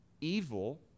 evil